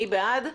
מי בעד?